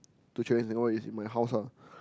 to travel in Singapore is in my house lah